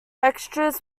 extras